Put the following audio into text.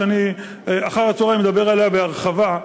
שאחר-הצהריים אדבר עליה בהרחבה.